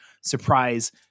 surprise